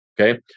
Okay